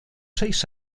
seis